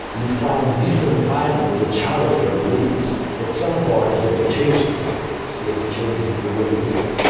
you find different findings that challenge your beliefs. at some point you have to change those beliefs, you have to change the way you think.